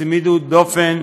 צמידות דופן,